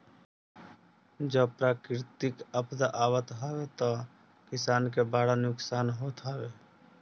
जब प्राकृतिक आपदा आवत हवे तअ किसानन के बड़ा नुकसान होत हवे